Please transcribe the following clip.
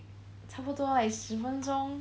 差不多 like 十分钟